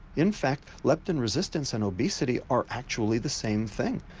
in fact leptin resistance and obesity are actually the same thing.